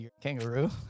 kangaroo